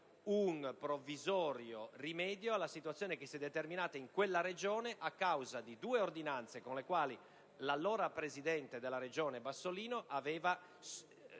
un provvisorio rimedio alla situazione che si è determinata in quella Regione a causa di due ordinanze con le quali l'allora presidente della Regione Bassolino aveva